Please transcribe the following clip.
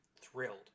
thrilled